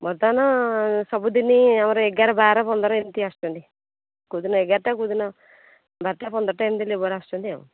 ବର୍ତ୍ତମାନ ସବୁ ଦିନ ଆମର ଏଗାର ବାର ପନ୍ଦର ଏମିତି ଆସୁଛନ୍ତି କେଉଁ ଦିନ ଏଗାରଟା କେଉଁ ଦିନ ବାରଟା ପନ୍ଦରଟା ଏମତି ଲେବର୍ ଆସୁଛନ୍ତି ଆଉ